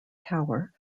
tower